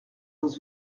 dans